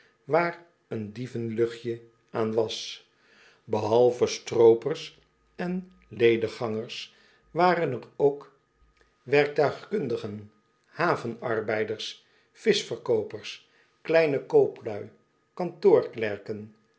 waar een dievenluchtje aan was behalve stroopers en lediggangers waren er ook werktuigkundigen haven avbeiders vischverkoopers kleine kooplui